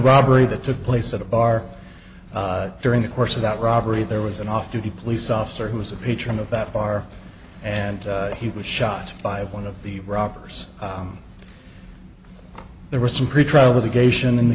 robbery that took place at a bar during the course of that robbery there was an off duty police officer who was a patron of that bar and he was shot by one of the robbers there were some